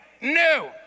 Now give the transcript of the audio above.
new